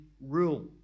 rule